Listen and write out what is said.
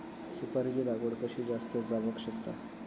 सुपारीची लागवड कशी जास्त जावक शकता?